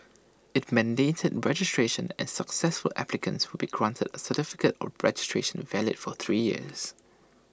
IT mandated registration and successful applicants would be granted A certificate of registration valid for three years